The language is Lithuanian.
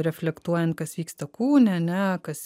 reflektuojant kas vyksta kūne ane kas